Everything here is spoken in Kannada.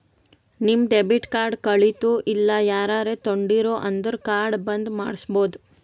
ನಿಮ್ ಡೆಬಿಟ್ ಕಾರ್ಡ್ ಕಳಿತು ಇಲ್ಲ ಯಾರರೇ ತೊಂಡಿರು ಅಂದುರ್ ಕಾರ್ಡ್ ಬಂದ್ ಮಾಡ್ಸಬೋದು